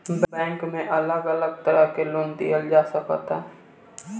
bank में अलग अलग तरह के लोन लिहल जा सकता